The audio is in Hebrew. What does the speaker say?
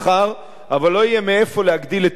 אבל לא יהיה מאיפה להגדיל את תקציב התרופות